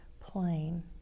plain